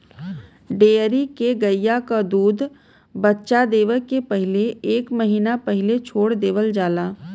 dairy के गइया क दूध बच्चा देवे के पहिले एक महिना पहिले छोड़ देवल जाला